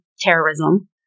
terrorism